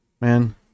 man